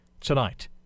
tonight